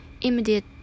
immediate